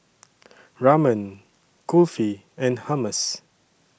Ramen Kulfi and Hummus